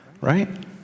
right